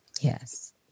Yes